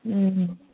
ம்